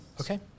okay